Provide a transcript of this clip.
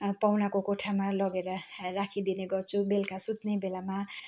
पाहुनाको कोठामा लगेर राखिदिने गर्छु बेलुका सुत्ने बेलामा